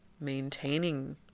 maintaining